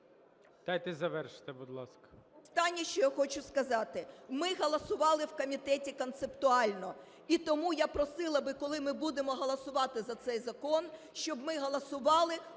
Дайте завершити, будь ласка.